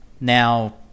Now